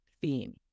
theme